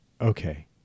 Okay